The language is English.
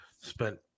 spent